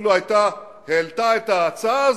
אפילו העלתה את ההצעה הזאת,